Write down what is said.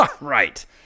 Right